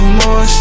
more